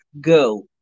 go